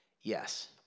yes